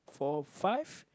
four five